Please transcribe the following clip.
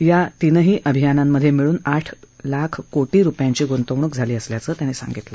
या तीनही अभियानांमधे मिळून आठ लाख कोशी रुपयांची गुंतवणूक झाली असल्याचं ते म्हणाले